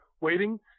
waiting